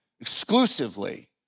exclusively